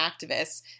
activists